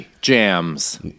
jams